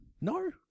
No